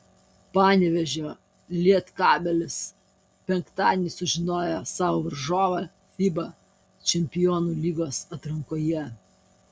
panevėžio lietkabelis penktadienį sužinojo savo varžovą fiba čempionų lygos atrankoje